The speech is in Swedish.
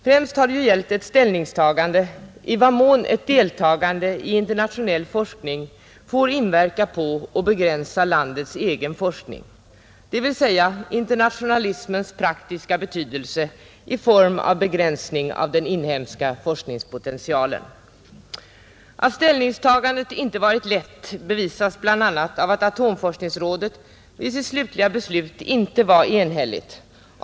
Främst har det ju gällt ett ställningstagande till frågan i vad mån ett deltagande i internationell forskning får inverka på och begränsa landets egen forskning, dvs. internationalismens praktiska betydelse i form av begränsning av den inhemska forskningspotentialen. Att ställningstagandet inte varit lätt bevisas bl.a. av att atomforskningsrådet vid sitt slutliga beslut inte var enigt.